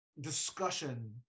discussion